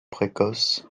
précoces